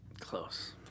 Close